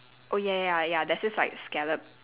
oh ya ya ya there's this like scallop